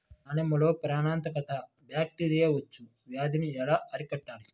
దానిమ్మలో ప్రాణాంతక బ్యాక్టీరియా మచ్చ వ్యాధినీ ఎలా అరికట్టాలి?